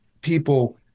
people